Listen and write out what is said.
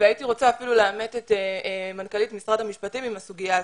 והייתי רוצה אפילו לעמת את מנכ"לית משרד המשפטים עם הסוגיה הזאת.